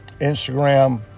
Instagram